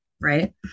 right